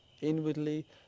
inwardly